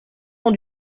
ans